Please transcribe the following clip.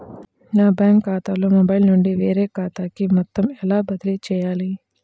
నా బ్యాంక్ ఖాతాలో మొబైల్ నుండి వేరే ఖాతాకి మొత్తం ఎలా బదిలీ చేయాలి?